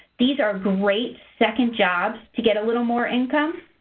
these are great second jobs to get a little more income.